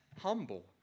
humble